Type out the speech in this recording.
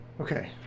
Okay